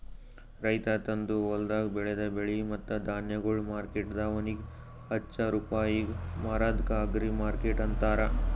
ರೈತ ತಂದು ಹೊಲ್ದಾಗ್ ಬೆಳದ ಬೆಳೆ ಮತ್ತ ಧಾನ್ಯಗೊಳ್ ಮಾರ್ಕೆಟ್ದವನಿಗ್ ಹಚ್ಚಾ ರೂಪಾಯಿಗ್ ಮಾರದ್ಕ ಅಗ್ರಿಮಾರ್ಕೆಟ್ ಅಂತಾರ